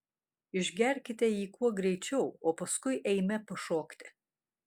išgerkite jį kuo greičiau o paskui eime pašokti